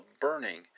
burning